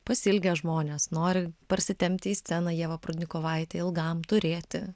pasiilgę žmonės nori parsitempti į sceną ievą prudnikovaitę ilgam turėti